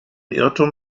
irrtum